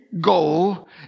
goal